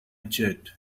checked